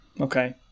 okay